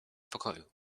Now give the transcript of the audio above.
pokoju